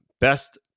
best